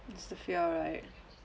it's the fear right